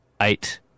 eight